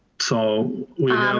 so we